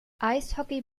eishockey